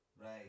Right